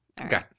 Okay